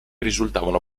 risultavano